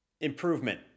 improvement